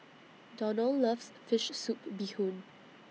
Donal loves Fish Soup Bee Hoon